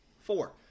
four